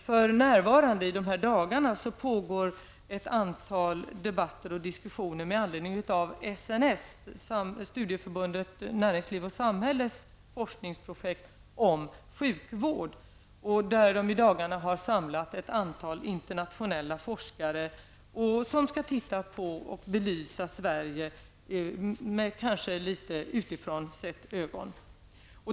För närvarande pågår ett antal debatter och diskussioner med anledning av SNS, Studieförbundet Näringsliv och Samhälle, forskningsprojekt om sjukvård. De har i dagarna samlat ett antal internationella forskare, som skall titta på och belysa Sverige litet utifrån.